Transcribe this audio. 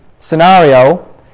scenario